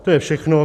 To je všechno.